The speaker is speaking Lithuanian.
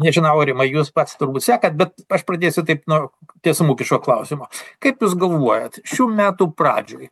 nežinau aurimai jūs pats turbūt sekat bet aš pradėsiu taip nuo tiesmukiško klausimo kaip jūs galvojat šių metų pradžioj